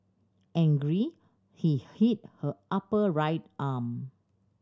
angry he hit her upper right arm